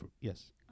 Yes